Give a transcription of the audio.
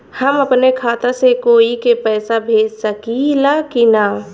हम अपने खाता से कोई के पैसा भेज सकी ला की ना?